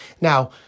Now